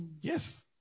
yes